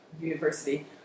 university